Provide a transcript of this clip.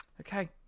Okay